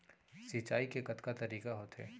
सिंचाई के कतका तरीक़ा होथे?